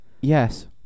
Yes